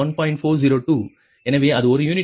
எனவே அது ஒரு யூனிட்க்கு 1